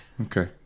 Okay